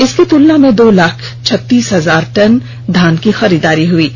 इसकी तूलना में दो लाख छत्तीस हजार टन धान की खरीददारी हुई है